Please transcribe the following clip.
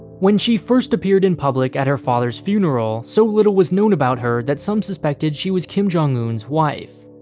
when she first appeared in public at her father's funeral, so little was known about her that some suspected she was kim jong-un's wife.